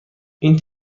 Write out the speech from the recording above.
این